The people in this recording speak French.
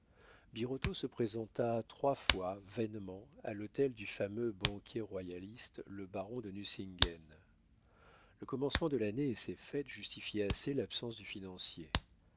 birotteau se présenta trois fois vainement à l'hôtel du fameux banquier royaliste le baron de nucingen le commencement de l'année et ses fêtes justifiaient assez l'absence du financier